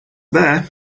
there